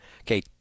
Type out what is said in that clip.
Okay